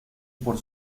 por